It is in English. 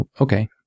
Okay